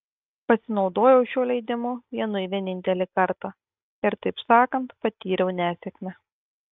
pasinaudojau šiuo leidimu vienui vienintelį kartą ir taip sakant patyriau nesėkmę